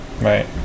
right